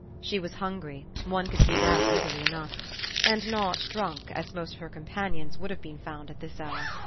she was hungry one could see that easily enough and not drunk, as most of her companions would have been found at this hour.